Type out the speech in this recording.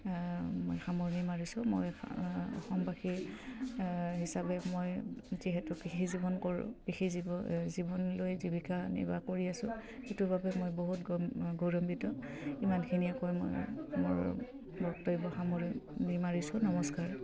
মই সামৰি মাৰিছোঁ মই অসমবাসী হিচাপে মই যিহেতু কৃষি জীৱন কৰোঁ কৃষি জীৱ জীৱনলৈ জীৱিকা নিৰ্বাহ কৰি আছোঁ সেইটো বাবে মই বহুত গৌৰম্বিত ইমানখিনিয়ে কৈ মই মোৰ বক্তব্য সামৰণি মাৰিছোঁ নমস্কাৰ